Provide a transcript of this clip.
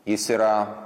jis yra